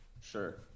Sure